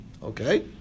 Okay